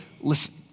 listen